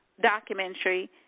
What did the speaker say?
documentary